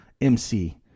MC